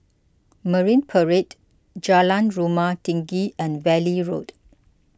Marine Parade Jalan Rumah Tinggi and Valley Road